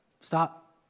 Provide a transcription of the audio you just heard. stop